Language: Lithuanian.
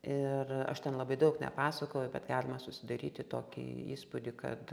ir aš ten labai daug nepasakoju bet galima susidaryti tokį įspūdį kad